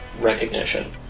recognition